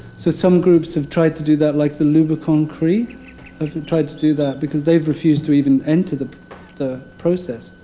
so some groups have tried to do that, like the lubicon cree have tried to do that. because they've refused to even enter the the process.